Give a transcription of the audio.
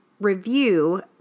review